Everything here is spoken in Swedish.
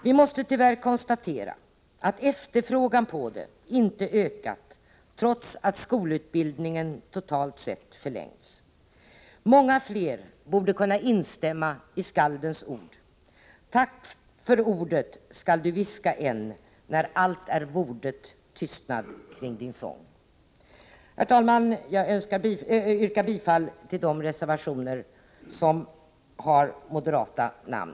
Vi måste tyvärr konstatera att efterfrågan på det inte ökat, trots att skolutbildningen totalt sett förlängts. Många fler borde kunna instämma i skaldens ord: Tack för ordet skall du viska än när allt är vordet tystnad kring din sång. Herr talman! Jag yrkar bifall till de reservationer som bär moderata namn.